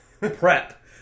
prep